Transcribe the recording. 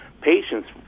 patients